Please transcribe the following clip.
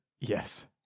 Yes